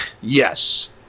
Yes